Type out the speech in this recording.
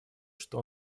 что